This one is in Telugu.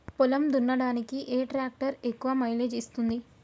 పొలం దున్నడానికి ఏ ట్రాక్టర్ ఎక్కువ మైలేజ్ ఇస్తుంది?